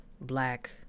black